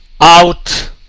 out